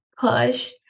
push